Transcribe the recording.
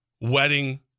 wedding